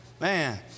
Man